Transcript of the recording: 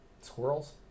Squirrels